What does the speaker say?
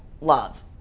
Love